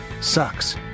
sucks